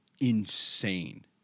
insane